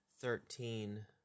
Thirteen